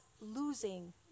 losing